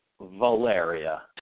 Valeria